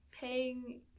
paying